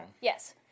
yes